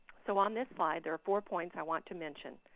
so on this slide, there's four points i want to mention.